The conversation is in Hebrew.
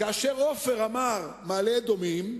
כאשר עופר אמר: מעלה-אדומים,